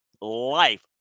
life